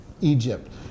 Egypt